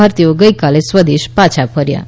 ભારતીયો ગઈકાલે સ્વદેશ પાછા ફર્યા છે